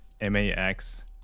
Max